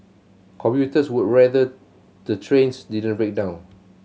commuters would rather the trains didn't break down